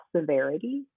severity